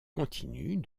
continue